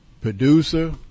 Producer